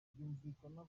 byumvikana